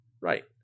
Right